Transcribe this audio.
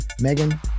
Megan